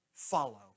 follow